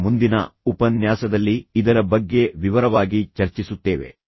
ಮತ್ತು ಮುಂದಿನ ಉಪನ್ಯಾಸದಲ್ಲಿ ಇದರ ಬಗ್ಗೆ ವಿವರವಾಗಿ ಚರ್ಚಿಸುತ್ತೇವೆ